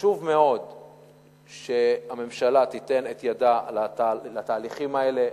חשוב מאוד שהממשלה תיתן את ידה לתהליכים האלה,